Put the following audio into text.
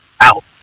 out